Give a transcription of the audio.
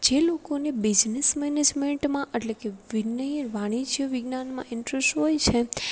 જે લોકોને બિઝનેસ મેનેજમેંટમાં એટલે કે વિનયન અને વાણિજ્ય વિજ્ઞાનમાં ઇન્ટરેસ્ટ હોય છે